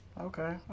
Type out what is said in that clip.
Okay